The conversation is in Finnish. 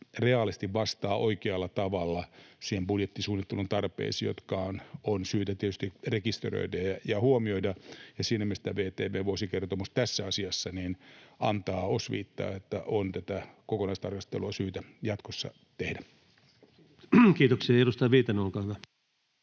reaalisesti, oikealla tavalla budjettisuunnittelun tarpeisiin, jotka on syytä tietysti rekisteröidä ja huomioida. Siinä mielessä tämä VTV:n vuosikertomus tässä asiassa antaa osviittaa, että on tätä kokonaistarkastelua syytä jatkossa tehdä. [Speech 189] Speaker: